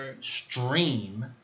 stream